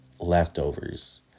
leftovers